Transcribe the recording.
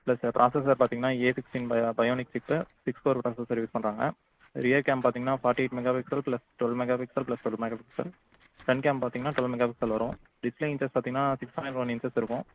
plus processor பார்த்திங்கனா A sixteen பயா bionic chip six four processor use பண்ணுறாங்க rear cam பார்த்திங்கனா forty eight mega pixel plus twelve mega pixel plus twelve mega pixel front camera பார்த்திங்கனா twelve mega pixel வரும் display inches பார்த்திங்கனா six point one inches இருக்கும்